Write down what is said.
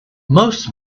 most